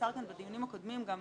שנמסר כאן בדיונים הקודמים, גם